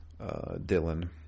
Dylan